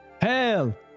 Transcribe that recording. Hell